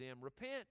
repent